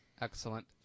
Excellent